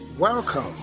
Welcome